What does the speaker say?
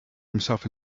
himself